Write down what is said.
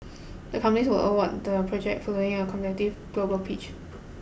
the companies were award the project following a competitive global pitch